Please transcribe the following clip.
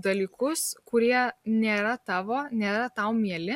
dalykus kurie nėra tavo nėra tau mieli